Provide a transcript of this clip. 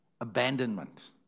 abandonment